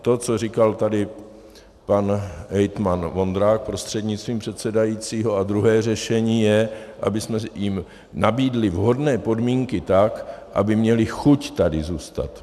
To, co říkal tady pan hejtman Vondrák prostřednictvím předsedajícího, a druhé řešení je, abychom jim nabídli vhodné podmínky, tak aby měli chuť tady zůstat.